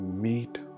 meet